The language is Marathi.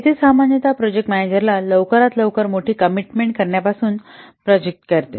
येथे सामान्यत प्रोजेक्ट मॅनेजरला लवकरात लवकर मोठी कमिटमेंट करण्यापासून प्रोटेक्ट करते